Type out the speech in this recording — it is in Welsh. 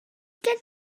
gen